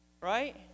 right